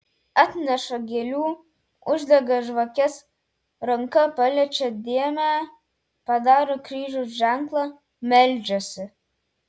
atneša gėlių uždega žvakes ranka paliečią dėmę padaro kryžiaus ženklą meldžiasi